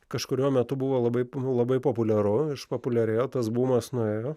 kažkuriuo metu buvo labai labai populiaru išpopuliarėjo tas bumas nuėjo